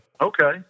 okay